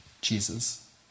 Jesus